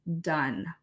done